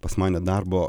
pas mane darbo